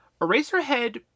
Eraserhead